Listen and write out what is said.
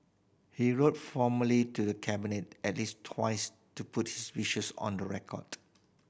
he wrote formally to the Cabinet at least twice to put his wishes on the record